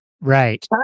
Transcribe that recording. Right